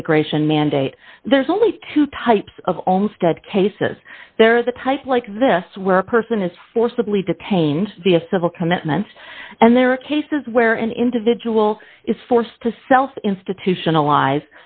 integration mandate there's only two types of almost dead cases there is a type like this where a person is forcibly detained the civil commitment and there are cases where an individual is forced to self institutionalized